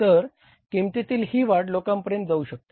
तर किंमतीतील ही वाढ लोकांपर्यंत जाऊ शकते